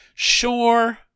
Sure